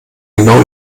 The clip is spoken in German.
genau